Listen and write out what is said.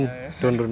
ya ya ya